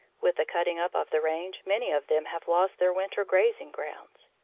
with the cutting-up of the range many of them have lost their winter grazing-grounds.